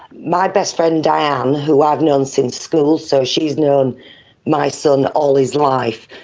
my best friend dianne who i've known since school, so she is known my son all his life,